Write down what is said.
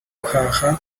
guhaha